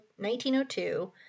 1902